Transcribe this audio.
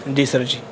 جی sir جی